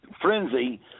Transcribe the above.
frenzy